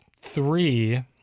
three